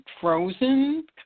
frozen